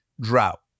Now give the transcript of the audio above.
drought